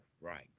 right